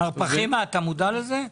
מר פחימה, אתה מודע לזה?